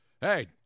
Hey